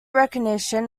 recognition